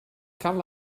cal